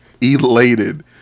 elated